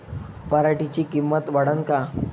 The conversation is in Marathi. पराटीची किंमत वाढन का?